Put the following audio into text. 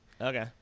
Okay